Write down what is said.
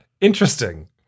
interesting